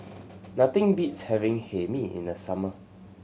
nothing beats having Hae Mee in the summer